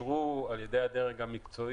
הם נדונו ואושרו על ידי הדרג המקצועי.